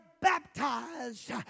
baptized